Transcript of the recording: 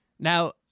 Now